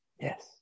Yes